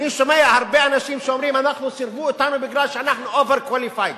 אני שומע הרבה אנשים שאומרים: סירבו לנו מפני שאנחנו over-qualified.